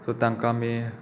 so तांकां आमी